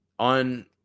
On